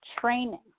training